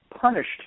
punished